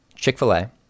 Chick-fil-A